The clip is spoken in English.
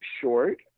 short